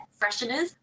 fresheners